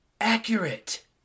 accurate